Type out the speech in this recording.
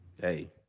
Hey